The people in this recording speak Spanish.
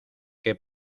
que